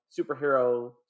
superhero